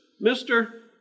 Mister